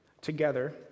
together